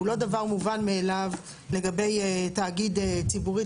הוא לא דבר מובן מאליו לגבי תאגיד ציבורי,